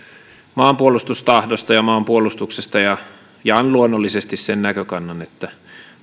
maanpuolustustahdosta ja maanpuolustuksesta ja jaan luonnollisesti sen näkökannan että